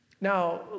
Now